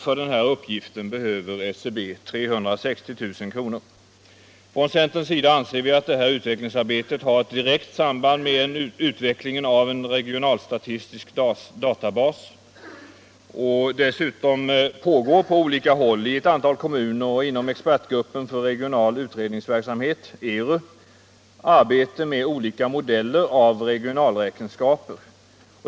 För den uppgiften behöver SCB 360 000 kr. Från centerns sida anser vi att det här utvecklingsarbetet har ett direkt samband med utvecklingen av en regionalstatistisk databas. Dessutom pågår på olika håll —- i ett antal kommuner och inom expertgruppen för regional utredningsverksamhet, ERU — arbete med olika modeller av regionalräkenskaper.